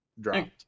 dropped